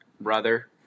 Brother